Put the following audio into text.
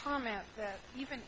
comment that even